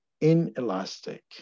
inelastic